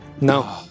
No